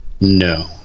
No